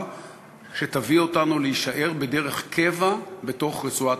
שתביא אותנו להישאר דרך קבע בתוך רצועת-עזה,